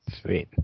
Sweet